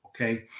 okay